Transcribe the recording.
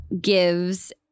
gives